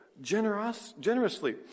generously